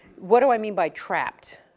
what do i mean by trapped?